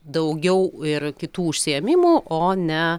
daugiau ir kitų užsiėmimų o ne